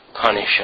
punish